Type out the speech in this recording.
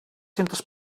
centes